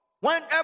Whenever